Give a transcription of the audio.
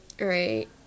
Right